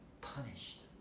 punished